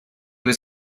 was